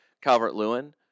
Calvert-Lewin